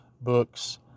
books